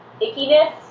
ickiness